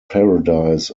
parodies